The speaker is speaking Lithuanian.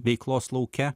veiklos lauke